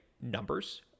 numbers